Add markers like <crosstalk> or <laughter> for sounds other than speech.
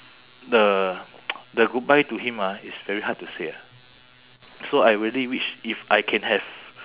the <noise> the goodbye to him ah it's very hard to say ah so I really wish if I can have